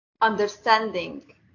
understanding